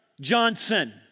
Johnson